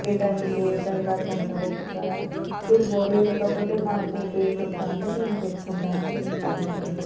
ఏ time నుండి ఏ time దాకా ఉంటారో చెప్తారా మీరు గోళీ లేకపోతే మాకు పేరు చెప్తాను అంటే మేము తెచ్చుకుంటాను అని కాల్ చేసాను అండి